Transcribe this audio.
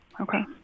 Okay